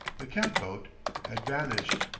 the cat-boat had vanished.